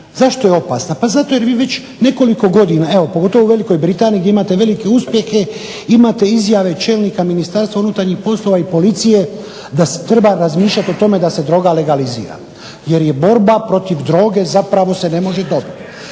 Zašto je opasna? Pa zato jer vi već nekoliko godina evo pogotovo u Velikoj Britaniji gdje imate velike uspjehe imate izjave čelnika MUP-a i policije da treba razmišljati o tome da se droga legalizira, jer se borba protiv droge zapravo se ne može dobiti.